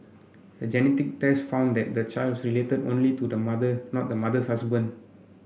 a genetic test found that the child was related only to the mother not the mother's husband